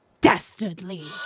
dastardly